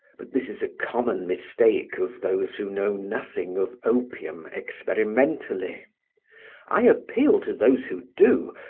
but this is a common mistake of those who know nothing of opium experimentally i appeal to those who do,